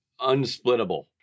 unsplittable